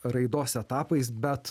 raidos etapais bet